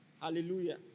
Hallelujah